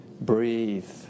Breathe